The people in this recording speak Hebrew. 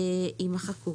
יימחקו.